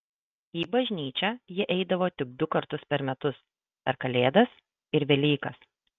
į bažnyčią jie eidavo tik du kartus per metus per kalėdas ir velykas